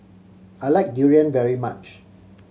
I like durian very much